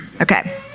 Okay